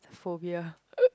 phobia